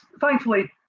Thankfully